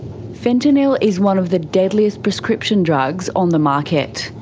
fentanyl is one of the deadliest prescription drugs on the market.